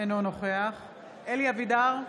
אינו נוכח אלי אבידר,